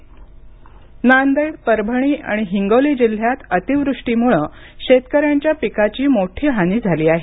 पिक न्कसान नांदेड परभणी आणि हिंगोली जिल्ह्यात अतिवृष्टीमुळे शेतकऱ्यांच्या पिकांची मोठी हानी झाली आहे